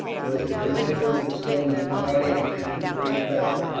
was the commander of the storming party a man of great valour.